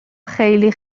خیلی